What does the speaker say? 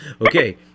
Okay